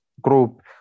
group